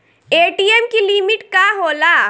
ATM की limit का होला?